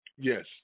Yes